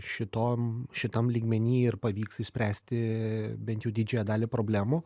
šitom šitam lygmeny ir pavyks išspręsti bent jau didžiąją dalį problemų